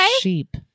sheep